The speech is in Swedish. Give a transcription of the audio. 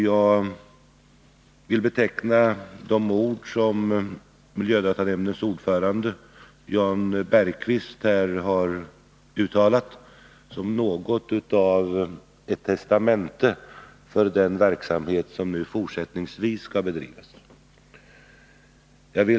Jag vill beteckna de ord som miljödatanämndens ordförande Jan Bergqvist har uttalat som något av ett testamente för den verksamhet som nu fortsättningsvis skall bedrivas.